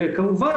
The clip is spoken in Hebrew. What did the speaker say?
כמובן,